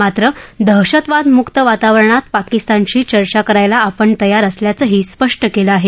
मात्र दहशतवाद मुक्त वातावरणात पाकिस्तानशी चर्चा करायला आपण तयार असल्याचही स्पष्ट केलं आहे